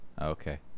okay